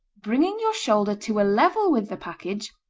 bringing your shoulder to a level with the package,